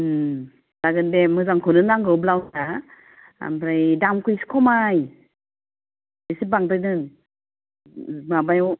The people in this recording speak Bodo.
जागोन दे मोजांखौनो नांगौ ब्लाउसआ ओमफ्राय दामखौ एसे खमाय एसे बांद्रायदों माबायाव